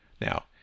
Now